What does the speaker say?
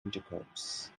intercourse